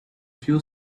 few